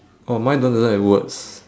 oh mine don't doesn't have words